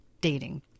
dating